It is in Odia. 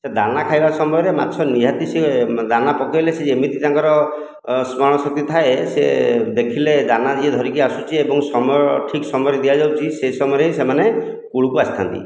ସେ ଦାନା ଖାଇବା ସମୟରେ ମାଛ ନିହାତି ସିଏ ଦାନା ପକେଇଲେ ସେ ଏମିତି ତାଙ୍କର ସ୍ମରଣଶକ୍ତି ଥାଏ ସେ ଦେଖିଲେ ଦାନା ଯିଏ ଧରିକି ଆସୁଛି ଏବଂ ସମୟ ଠିକ ସମୟରେ ଦିଆଯାଉଛି ସେଇ ସମୟରେ ହିଁ ସେମାନେ କୂଳକୁ ଆସିଥା'ନ୍ତି